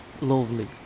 lovely